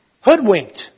hoodwinked